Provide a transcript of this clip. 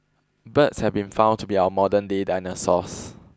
birds have been found to be our modern day dinosaurs